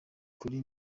kuri